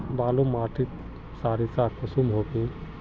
बालू माटित सारीसा कुंसम होबे?